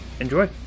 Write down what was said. enjoy